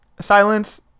silence